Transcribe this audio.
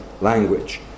language